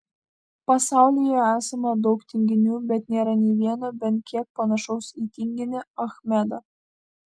pasaulyje esama daug tinginių bet nėra nė vieno bent kiek panašaus į tinginį achmedą